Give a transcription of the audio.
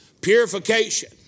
Purification